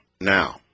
now